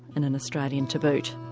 and and australian to boot.